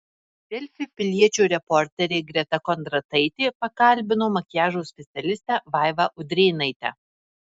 delfi piliečio reporterė greta kondrataitė pakalbino makiažo specialistę vaivą udrėnaitę